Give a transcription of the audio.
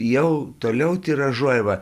jau toliau tiražuojama